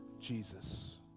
Jesus